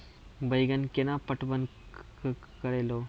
बैंगन केना पटवन करऽ लो?